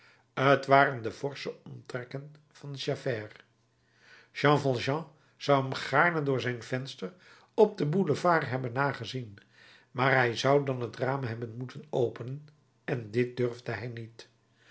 t waren de forsche omtrekken van javert jean valjean zou hem gaarne door zijn venster op den boulevard hebben nagezien maar hij zou dan het raam hebben moeten openen en dit durfde hij niet